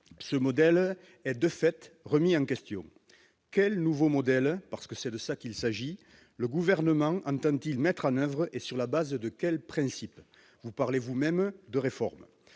ce modèle et de fait remis en question, quel nouveau modèle parce que c'est de ça qu'il s'agit le gouvernement Hampton qu'il mettra 9 et sur la base de quel principe vous parlez vous-même de réforme,